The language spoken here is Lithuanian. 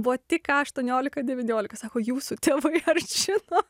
buvo tik ką aštuoniolika devyniolika sako jūsų tėvui ar žino